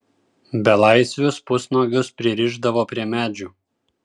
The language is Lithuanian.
belaisvius pusnuogius pririšdavo prie medžių